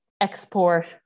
export